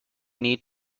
need